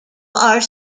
are